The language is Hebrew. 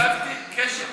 אני ישבתי והקשבתי בקשב רב.